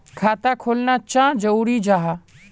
खाता खोलना चाँ जरुरी जाहा?